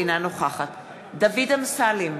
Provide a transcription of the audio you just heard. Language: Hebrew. אינה נוכחת דוד אמסלם,